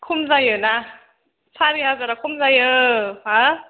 खम जायोना सारि हाजारा खम जायो हा